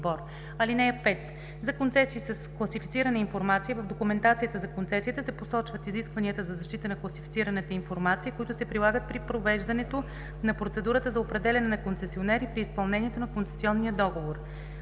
(5) За концесии с класифицирана информация в документацията за концесията се посочват изискванията за защита на класифицираната информация, които се прилагат при провеждането на процедурата за определяне на концесионер и при изпълнението на концесионния договор.